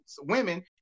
women